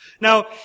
Now